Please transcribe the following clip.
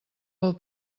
pel